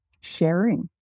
sharing